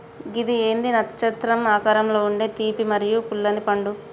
గిది ఏంది నచ్చత్రం ఆకారంలో ఉండే తీపి మరియు పుల్లనిపండు